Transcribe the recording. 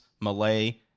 Malay